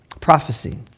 Prophecy